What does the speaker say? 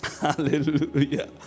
Hallelujah